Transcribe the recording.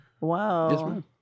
Wow